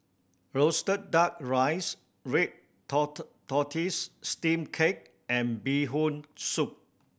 roasted Duck Rice red tortoise steamed cake and Bee Hoon Soup